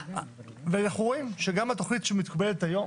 ואנחנו רואים שגם התכנית שמתקבלת היום